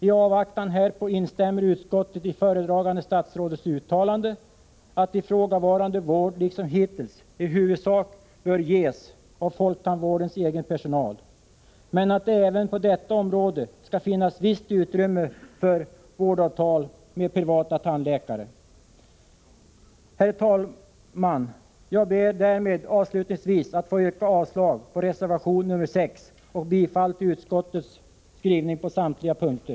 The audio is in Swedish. I avvaktan härpå instämmer utskottet i föredragande statsrådets uttalande att ifrågavarande vård liksom hittills i huvudsak bör ges av folktandvårdens egen personal, men att det även på detta område skall finnas visst utrymme för vårdavtal med privata tandläkare. Herr talman! Jag ber därmed att få yrka avslag på reservation 6 och bifall till utskottets hemställan på samtliga punkter.